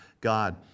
God